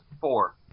Four